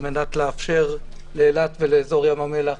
על מנת לאפשר לאילת ולאזור ים המלח,